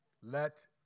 Let